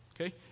okay